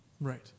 Right